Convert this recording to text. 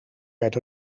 werd